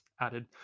added